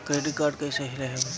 Credit card कईसे लेहम?